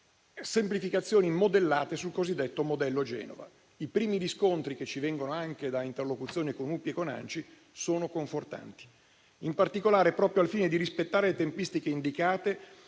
semplificazioni modellate sul cosiddetto modello Genova. I primi riscontri, che ci vengono anche da interlocuzioni con l'Unione delle province d'Italia (UPI) e con ANCI, sono confortanti. In particolare, proprio al fine di rispettare le tempistiche indicate,